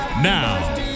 Now